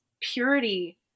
purity